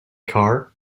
car